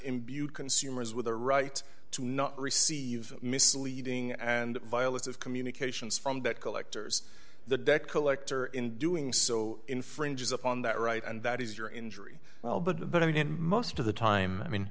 imbued consumers with a right to not receive misleading and violence of communications from that collectors the debt collector in doing so infringes upon that right and that is your injury well but but i mean in most of the time i mean